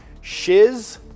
shiz